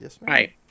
Right